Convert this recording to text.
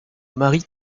marie